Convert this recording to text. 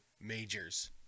majors